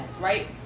right